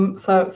um so,